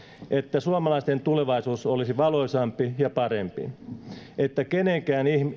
että suomalaisten tulevaisuus olisi valoisampi ja parempi että kenenkään